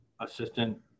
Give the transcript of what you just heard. assistant